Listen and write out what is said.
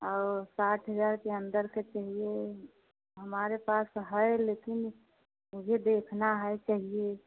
और साठ हजार के अन्दर का चाहिए हमारे पास तो है लेकिन मुझे देखना है चाहिए